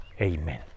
Amen